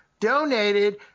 donated